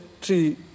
tree